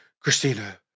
Christina